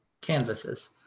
canvases